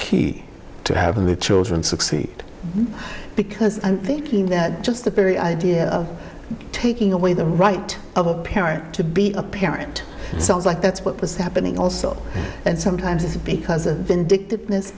key to having the children succeed because i'm thinking that just the very idea of taking away the right of a parent to be a parent sounds like that's what was happening also and sometimes it's because a vindictive